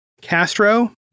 Castro